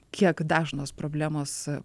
kiek dažnos problemos